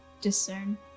discern